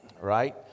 right